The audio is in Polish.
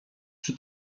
czy